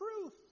truth